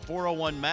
401